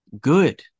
Good